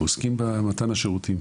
ובמתן השירותים.